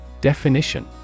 Definition